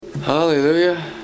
Hallelujah